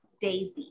Daisy